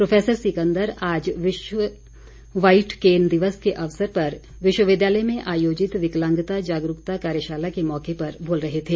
professor Sikandar आज विश्व white cane दिवस के अवसर पर विश्वविद्यालय में आयोजित विकलांग्ता जागरूकता कार्यशाला के मौके पर बोल रहे थे